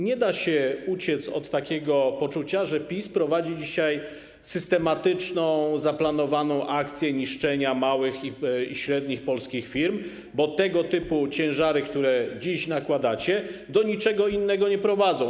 Nie da się uciec od takiego poczucia, że PiS prowadzi dzisiaj systematyczną, zaplanowaną akcję niszczenia małych i średnich polskich firm, bo tego typu ciężary, które dziś nakładacie, do niczego innego nie prowadzą.